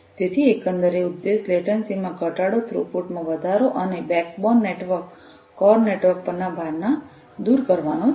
તેથી એકંદર ઉદ્દેશ્ય લેટન્સી માં ઘટાડો થ્રુપુટ માં વધારો અને બેકબોન નેટવર્ક કોર નેટવર્ક પરના ભારને દૂર કરવાનો છે